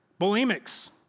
Bulimics